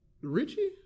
Richie